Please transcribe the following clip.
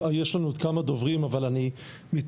יש לנו עוד כמה דוברים אבל אני מתנצל,